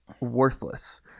worthless